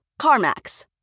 CarMax